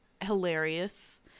hilarious